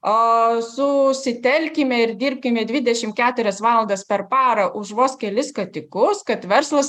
o susitelkime ir dirbkime dvidešim keturias valandas per parą už vos kelis skatikus kad verslas